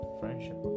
friendship